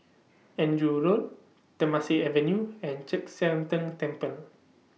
Andrew Road Temasek Avenue and Chek Sian Tng Temple